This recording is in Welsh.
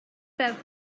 ferch